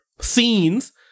scenes